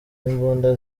imbunda